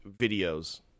videos